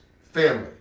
family